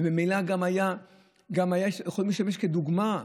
וממילא גם היו יכולים לשמש כדוגמה.